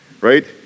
right